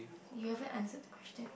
you haven't answered the question